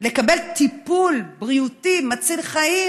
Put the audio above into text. לקבל טיפול בריאותי מציל חיים,